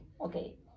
okay